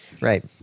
Right